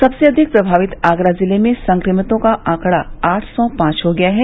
सबसे अधिक प्रभावित आगरा जिले में संक्रमितों का आंकड़ा आठ सौ पांच हो गया है